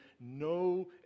no